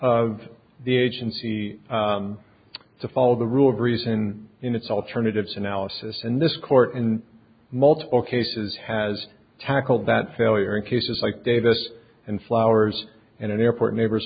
of the agency to follow the rule of reason in its alternatives analysis and this court in multiple cases has tackled that failure in cases like davis and flowers and an airport neighbors